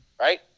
right